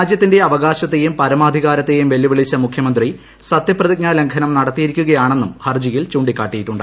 രാജ്യത്തിന്റെ അവകാശത്തെയും പരമാധികാരത്തേയും വെല്ലുവിളിച്ച മുഖ്യമന്ത്രി സത്യപ്രതിജ്ഞാ ലംഘനം നടത്തിയിരിക്കുകയാണെന്നും ഹർജിയിൽ ചൂണ്ടിക്കാട്ടിയിട്ടുണ്ട്